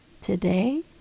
Today